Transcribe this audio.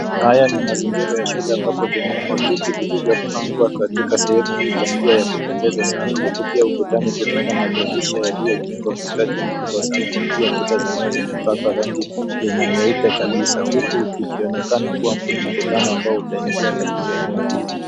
Haya ni mazingira ya shule ambapo tunaona viti vilivyo pangwa katika sehemu hii kwa njia ya kupendeza sana huku pia ukutani tunaona madirisha yaliyo jengwa kwa ustadi mkubwa sana na pia kuta zenyewe zime pakwa rangi yenye nyeupe kabisa huku ukionekana kuwa kuna mkutano utaendelea katika eneo hili.